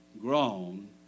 grown